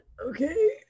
Okay